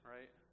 Right